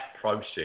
process